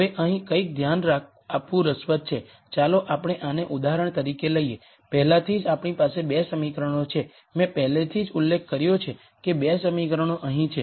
હવે અહીં કંઇક ધ્યાન આપવું રસપ્રદ છે ચાલો આપણે આને ઉદાહરણ તરીકે લઈએ પહેલાથી જ આપણી પાસે 2 સમીકરણો છે મેં પહેલેથી જ ઉલ્લેખ કર્યો છે કે 2 સમીકરણો અહીં છે